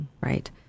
right